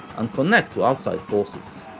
and connect to outside forces.